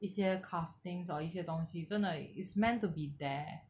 一些 crafting or 一些东西真的 is meant to be there